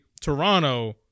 Toronto